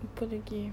apa lagi